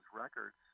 records